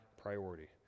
priority